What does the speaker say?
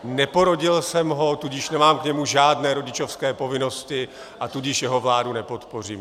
Neporodil jsem ho, tudíž nemám k němu žádné rodičovské povinnosti, a tudíž jeho vládu nepodpořím.